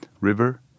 river